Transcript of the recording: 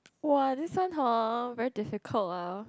!wah! this one hor very difficult ah